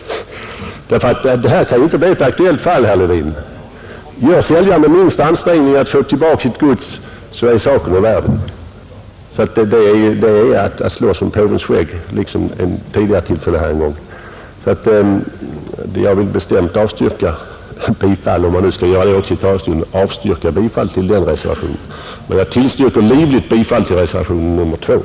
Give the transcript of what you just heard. Ett sådant här fall kan ju aldrig bli aktuellt, herr Levin, Gör säljaren den minsta ansträngning att få tillbaka sitt gods är saken ur världen. Detta är alltså att tvista om påvens skägg, vilket har förekommit här tidigare vid ett tillfälle i ett ärende från lagutskottet. Jag vill därför bestämt avstyrka bifall till denna reservation. Men jag tillstyrker livligt bifall till reservationen II.